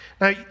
Now